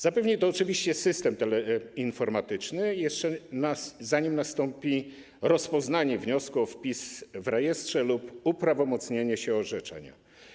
Zapewni to oczywiście system teleinformatyczny, jeszcze zanim nastąpi rozpoznanie wniosku o wpis w rejestrze lub uprawomocnienie się orzeczenia.